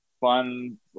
fun